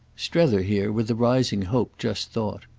strether here, with a rising hope, just thought,